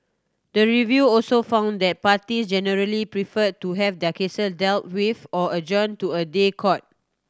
the review also found that parties generally preferred to have their cases dealt with or adjourned to a day court